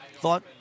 thought